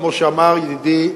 כפי שאמר ידידי,